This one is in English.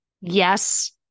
Yes